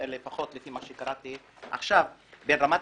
לפחות לפי מה שקראתי עכשיו בין רמת